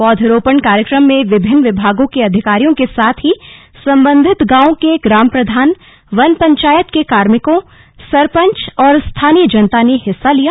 पौधरोपण कार्यक्रम में विभिन्न विभागों के अधिकारियों के साथ ही संबंधित गांवों के ग्राम प्रधान वन पंचायत के कार्मिकों सरपंच और स्थानीय जनता ने हिस्सा लिया